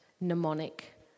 mnemonic